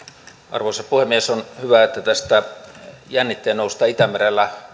arvoisa puhemies on hyvä että tästä jännitteen noususta itämerellä